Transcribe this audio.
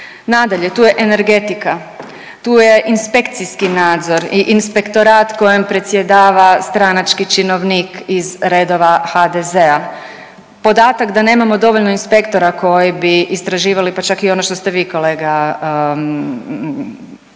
Nadalje, tu je energetika, tu je inspekcijski nadzor i inspektorat kojem predsjedava stranački činovnik iz redova HDZ-a. Podatak da nemamo dovoljno inspektora koji bi istraživali pa čak i ono što ste vi kolega poentirali,